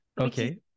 Okay